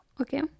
okay